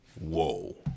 whoa